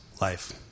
life